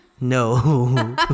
No